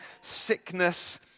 sickness